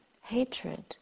hatred